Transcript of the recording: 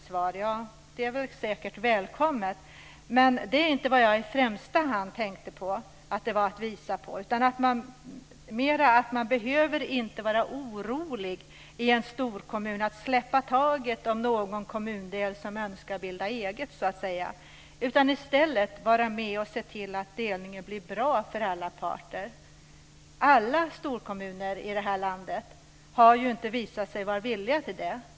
Det är säkert välkommet, men det är inte vad jag i första hand tänkte på, utan det handlar mera om att man inte behöver vara orolig i en storkommun för att släppa taget om någon kommundel önskar bilda eget. I stället ska man vara med och se till att delningen blir bra för alla parter. Alla storkommuner i det här landet har ju inte visat sig vara villiga till detta.